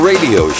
Radio